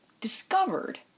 discovered